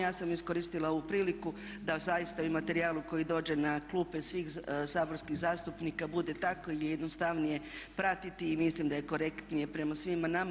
Ja sam iskoristila ovu priliku da zaista i u materijalu koji dođe na klupe svih saborskih zastupnika bude tako jednostavnije pratiti i mislim da je korektnije prema svima nama.